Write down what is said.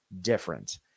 different